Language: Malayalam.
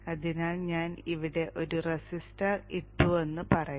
അതിനാൽ ഞാൻ ഇവിടെ ഒരു റെസിസ്റ്റർ ഇട്ടുവെന്നു പറയാം